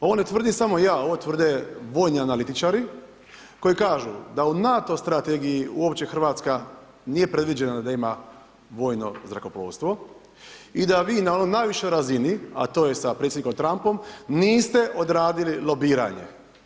Ovo ne tvrdim samo ja, ovo tvrde vojni analitičari koji kažu da u NATO strategiji uopće Hrvatska nije predviđena da ima vojno zrakoplovstvo i da vi na onoj najvišoj razini a to je sa predsjednikom Trumpom niste odradili lobiranje.